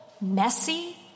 messy